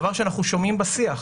וזה דבר שאנחנו שומעים בשיח.